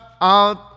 out